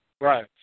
Right